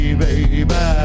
baby